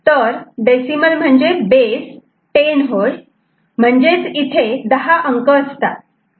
तर डेसिमल म्हणजे बेस 10 होय म्हणजेच इथे 10 अंक असतात